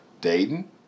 Dayton